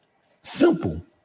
simple